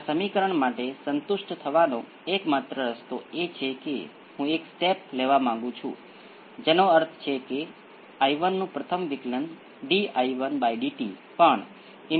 તેથી આ બંને શક્યતાઓ અસ્તિત્વમાં છે જે આપણે પહેલાથી જ બીજા ઓર્ડરના સમીકરણથી જાણીએ છીએ કે આ ઉકેલ હોઈ શકે છે જે રીઅલ અને અલગ રીઅલ અને સમાન અથવા જટિલ જોડાણમાં છે